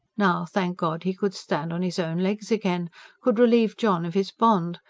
now, thank god, he could stand on his own legs again could relieve john of his bond,